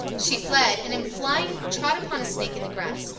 she fled, and in flying trod upon a snake in the grass,